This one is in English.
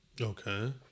Okay